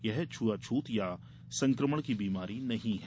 यह छूआछूत या संक्रमण की बीमारी नहीं है